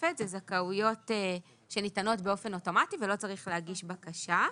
בתוספת זה זכאויות שניתנות באופן אוטומטי ולא צריך להגיש בקשה,